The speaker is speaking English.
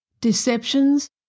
deceptions